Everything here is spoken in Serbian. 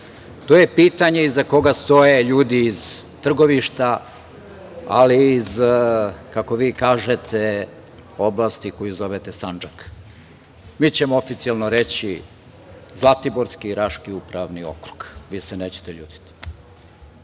To je pitanje iza koga stoje ljudi iz Trgovišta, ali i iz, kako vi kažete, oblasti koju zovete Sandžak. Mi ćemo oficijelno reći Zlatiborski i Raški upravni okrug. Vi se nećete ljutiti. Naravno